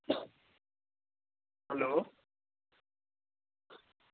hello